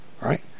Right